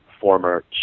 former